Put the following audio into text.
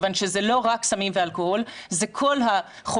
אני קוראת לה להתמכרויות כיוון שזה לא רק סמים ואלכוהול,